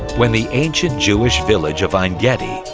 when the ancient jewish village of ein gedi,